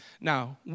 Now